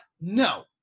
no